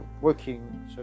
working